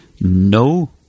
no